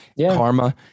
karma